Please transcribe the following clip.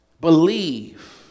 believe